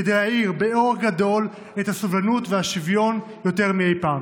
כדי להאיר באור גדול את הסובלנות והשוויון יותר מאי-פעם.